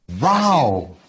Wow